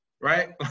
right